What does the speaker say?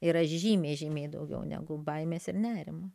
yra žymiai žymiai daugiau negu baimės ir nerimo